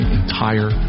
entire